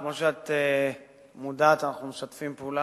כמו שאת מודעת, אנחנו משתפים פעולה,